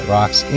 Rocks